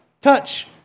Touch